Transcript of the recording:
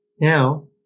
Now